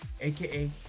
aka